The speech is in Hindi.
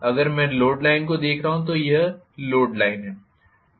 अगर मैं लोड लाइन को देख रहा हूं तो यह लोड लाइन है